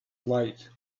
light